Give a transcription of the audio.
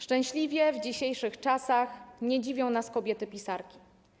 Szczęśliwie w dzisiejszych czasach nie dziwią nas kobiety pisarki.